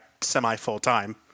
semi-full-time